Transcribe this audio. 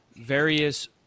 various